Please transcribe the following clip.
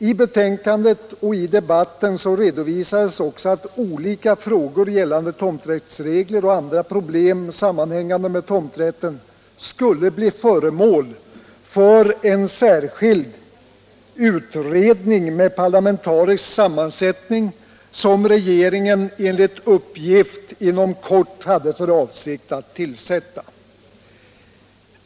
I betänkandet och i debatten redovisades också att olika frågor gällande tomträttsregler och andra problem sammanhängande med tomträtten skulle bli föremål för en särskild utredning med parlamentarisk sammansättning, som regeringen enligt uppgift inom kort hade för avsikt att tillsätta.